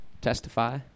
testify